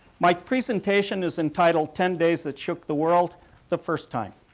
my presentation is entitled ten days that shook the world the first time.